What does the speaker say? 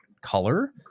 color